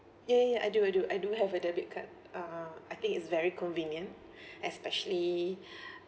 yeah yeah yeah I do I do I do have a debit card uh I think it's very convenient especially